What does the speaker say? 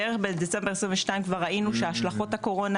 בערך בדצמבר 2022 כבר ראינו שהשלכות הקורונה